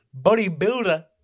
bodybuilder